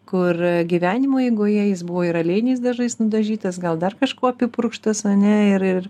kur gyvenimo eigoje jis buvo ir aliejiniais dažais nudažytas gal dar kažkuo apipurkštas ar ne ir ir